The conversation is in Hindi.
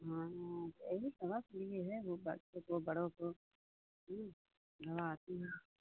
हाँ तो यही सबके लिए वो बड़ वो बड़ों को दवा आती है